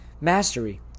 mastery